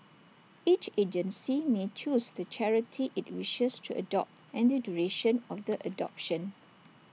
each agency may choose the charity IT wishes to adopt and the duration of the adoption